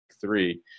three